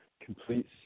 complete